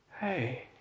Hey